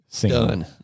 done